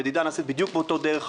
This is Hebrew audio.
המדידה נעשית בדיוק באותה דרך.